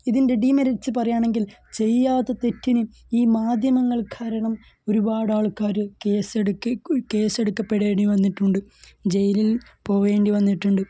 ഇതിൻ്റെ ഡിമെറിറ്റസ് പറയുകയാണെങ്കിൽ ചെയ്യാത്ത തെറ്റിന് ഈ മാധ്യമങ്ങൾ കാരണം ഒരുപാട് ആൾക്കാർ കേസ് കേസ് എടുക്കപ്പെടേണ്ടി വന്നിട്ടുണ്ട് ജയിലിൽ പോവേണ്ടി വന്നിട്ടുണ്ട്